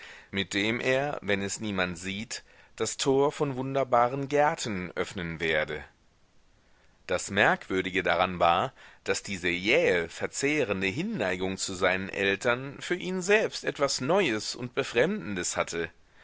mit dem er wenn es niemand sieht das tor von wunderbaren gärten öffnen werde das merkwürdige daran war daß diese jähe verzehrende hinneigung zu seinen eltern für ihn selbst etwas neues und befremdendes hatte